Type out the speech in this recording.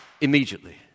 immediately